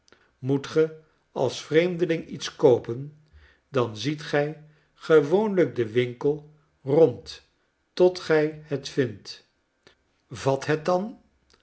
moet ge als vreemdeling iets koopen dan ziet gij gewoonlijk den wink el rond tot gy het vindt vat het dan